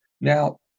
Now